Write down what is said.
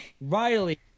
Riley